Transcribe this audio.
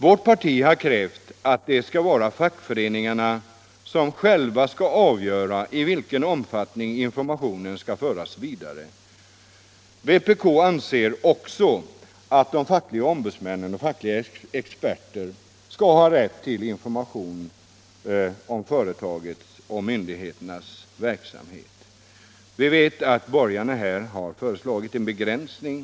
Vårt parti har krävt att fackföreningarna själva skall avgöra i vilken omfattning informationen skall föras vidare. Vpk anser också att fackliga ombudsmän och fackliga experter skall ha rätt till information om företags och myndighets verksamhet. Vi vet att borgarna föreslagit en ytterligare begränsning.